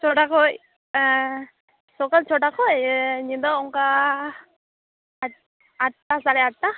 ᱪᱷᱚᱴᱟ ᱠᱷᱚᱱ ᱥᱚᱠᱟᱞ ᱪᱷᱚᱴᱟ ᱠᱷᱚᱱ ᱤᱭᱟᱹ ᱧᱤᱫᱟᱹ ᱚᱱᱠᱟ ᱟᱴᱼᱴᱟ ᱥᱟᱲᱮ ᱟᱴᱼᱴᱟ